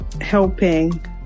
helping